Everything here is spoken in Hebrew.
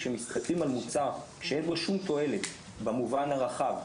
כשמסתכלים על מוצר שאין לו שום תועלת במובן הרחב,